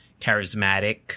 charismatic